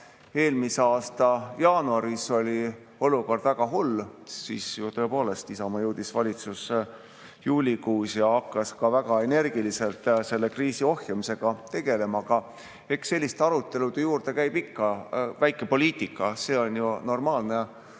eelmise aasta jaanuaris oli olukord väga hull. Tõepoolest, Isamaa jõudis valitsusse juulikuus ja hakkas väga energiliselt selle kriisi ohjamisega tegelema. Eks selliste arutelude juurde käib ikka väike poliitika, see on ju normaalne, et